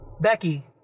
Becky